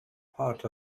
part